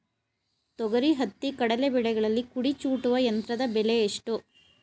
ತೊಗರಿ, ಹತ್ತಿ, ಕಡಲೆ ಬೆಳೆಗಳಲ್ಲಿ ಕುಡಿ ಚೂಟುವ ಯಂತ್ರದ ಬೆಲೆ ಎಷ್ಟು?